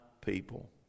people